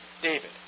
David